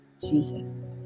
Jesus